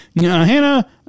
Hannah